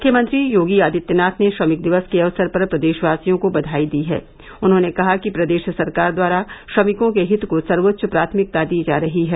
मुख्यमंत्री आदित्यनाथ ने श्रमिक दिवस के अवसर पर प्रदेशवासियों को बधाई दी है उन्होंने कहा कि प्रदेश सरकार द्वारा श्रमिकों के हित को सर्वोच्च प्राथमिकता दी जा रही है